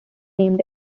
named